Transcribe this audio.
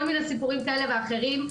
כל מני סיפורים כאלה ואחרים.